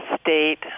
state